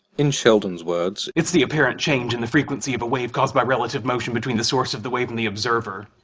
in sheldon's words, it's the apparent change in the frequency of a wave caused by relative motion between the source of the wave and the observer.